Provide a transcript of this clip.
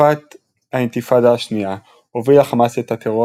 בתקופת האינתיפאדה השנייה הובילה חמאס את הטרור